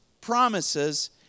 promises